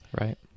Right